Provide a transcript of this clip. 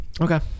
Okay